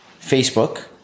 Facebook